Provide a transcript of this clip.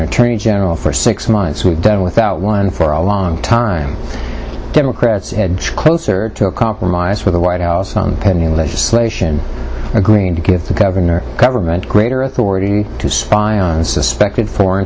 attorney general for six months we've done without one for a long time democrats closer to a compromise with the white house pending legislation agreeing to give the governor government greater authority to spy on suspected foreign